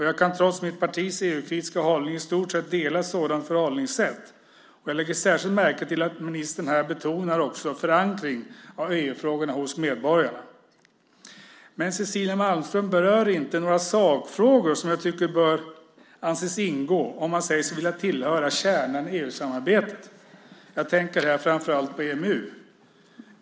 Jag kan trots mitt partis EU-kritiska hållning i stort sett dela ett sådant förhållningssätt. Jag lägger särskilt märke till att ministern betonar förankring av EU-frågorna hos medborgarna. Men Cecilia Malmström berör inte några sakfrågor som jag tycker bör anses ingå om man säger sig vilja tillhöra kärnan i EU-samarbetet. Jag tänker här framför allt på EMU.